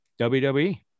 WWE